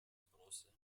bronze